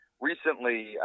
recently